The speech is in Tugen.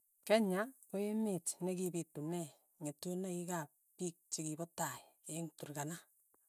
Kenya, ko emet nekipitune ng'etunoik ap piik chekipa tai, eng' turkana.